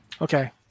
Okay